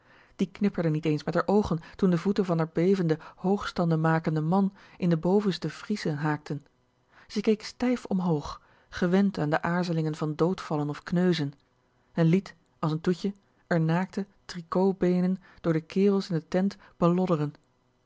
die knipperde niet eens met r oogen toen de voeten van r bevenden hoogstanden makenden man in de bovenste friesen haakten ze keek stijf omhoog gewend aan de aarzelingen van doodvallen of kneuzen en liet als n toetje r naakte tricot beenen door de kerels in de tent